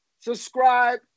subscribe